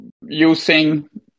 Using